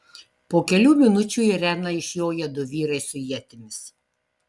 po kelių minučių į areną išjoja du vyrai su ietimis